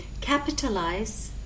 capitalize